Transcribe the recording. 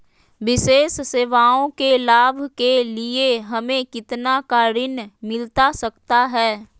विशेष सेवाओं के लाभ के लिए हमें कितना का ऋण मिलता सकता है?